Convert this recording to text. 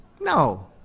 No